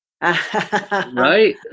Right